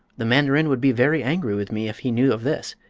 the mandarin would be very angry with me if he knew of this,